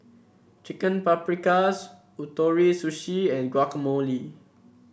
Chicken Paprikas Ootoro Sushi and Guacamole